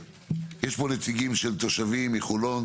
יש פה נציגים של תושבים מחולון,